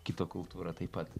kito kultūrą taip pat